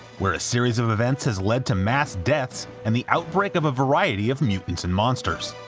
where a series of events has led to mass deaths and the outbreak of a variety of mutants and monsters.